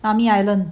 nami island